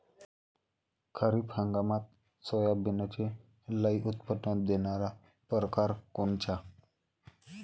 खरीप हंगामात सोयाबीनचे लई उत्पन्न देणारा परकार कोनचा?